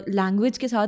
language